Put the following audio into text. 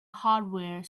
hardware